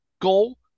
goal